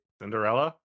Cinderella